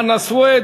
חנא סוייד,